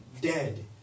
dead